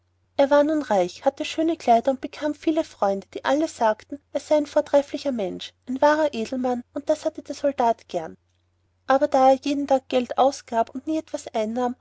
er war nun reich hatte schöne kleider und bekam viele freunde die alle sagten er sei ein vortrefflicher mensch ein wahrer edelmann und das hatte der soldat gern aber da er jeden tag geld ausgab und nie etwas einnahm